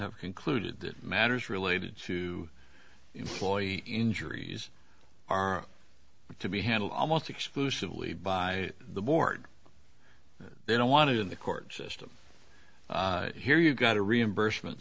have concluded that matters related to employee injuries are to be handled almost exclusively by the board they don't want to in the court system here you've got a reimbursement